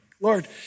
Lord